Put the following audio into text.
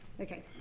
Okay